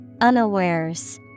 unawares